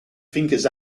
fingers